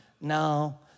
no